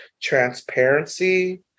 transparency